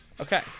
Okay